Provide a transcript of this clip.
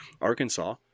Arkansas